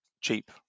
cheap